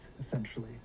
essentially